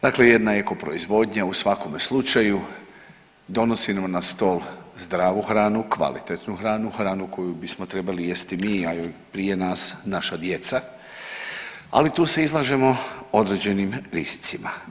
Dakle, jedna je eko proizvodanja u svakome slučaju donosi nam stol zdravu hranu, kvalitetnu hranu, hranu koju bismo trebali jesti mi, ali prije nas naša djeca, ali tu se izlažemo određenim rizicima.